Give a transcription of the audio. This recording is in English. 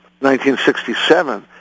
1967